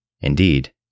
Indeed